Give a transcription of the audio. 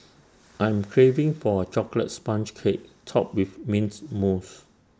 I am craving for A Chocolate Sponge Cake Topped with Mint Mousse